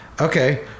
Okay